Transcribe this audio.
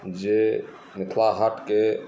जे मिथिला हाटके